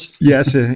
Yes